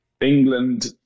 England